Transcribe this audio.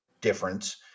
difference